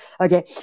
Okay